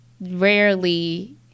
rarely